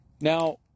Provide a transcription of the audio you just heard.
Now